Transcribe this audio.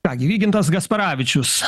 ką gi vygintas gasparavičius